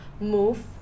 move